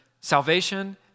salvation